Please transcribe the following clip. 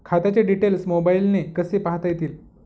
खात्याचे डिटेल्स मोबाईलने कसे पाहता येतील?